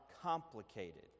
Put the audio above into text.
complicated